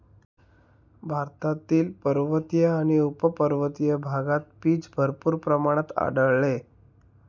भारतातील पर्वतीय आणि उपपर्वतीय भागात पीच भरपूर प्रमाणात आढळते